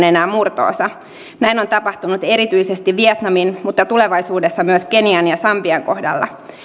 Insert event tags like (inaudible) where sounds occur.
(unintelligible) enää murto osa näin on tapahtunut erityisesti vietnamin mutta tulevaisuudessa myös kenian ja sambian kohdalla